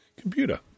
computer